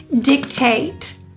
dictate